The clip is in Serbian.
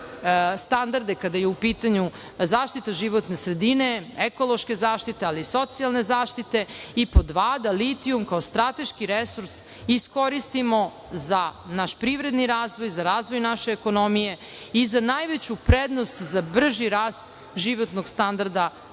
standarde kada je u pitanju zaštita životne sredine, ekološka zaštita, ali i socijalne zaštite i pod dva, da litijum kao strateški resurs iskoristimo za naš privredni razvoj, za razvoj naše ekonomije i za najveću prednost za brži rast životnog standarda